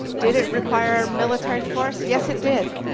did it require military force? yes, it did.